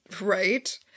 Right